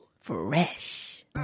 Fresh